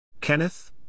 Kenneth